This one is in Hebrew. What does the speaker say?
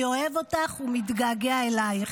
אני אוהב אותך ומתגעגע אלייך.